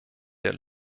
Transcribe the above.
der